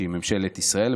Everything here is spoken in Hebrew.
שהיא ממשלת ישראל.